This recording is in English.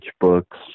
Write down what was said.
books